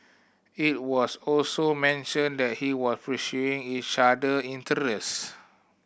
it was also mentioned that he was pursuing each other interests